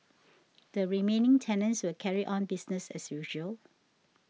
the remaining tenants will carry on business as usual